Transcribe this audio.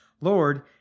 Lord